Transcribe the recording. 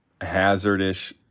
hazardish